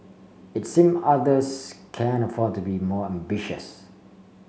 it seems others can afford to be more ambitious